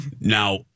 Now